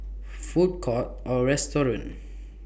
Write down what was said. Food Courts Or restaurants